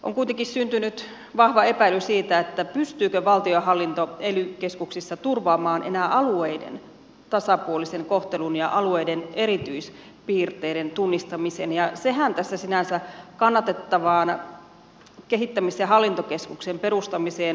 on kuitenkin syntynyt vahva epäily siitä pystyykö valtionhallinto ely keskuksissa enää turvaamaan alueiden tasapuolisen kohtelun ja alueiden erityispiirteiden tunnistamisen ja sehän jääkin huoleksi tähän sinänsä kannatettavaan kehittämis ja hallintokeskuksen perustamiseen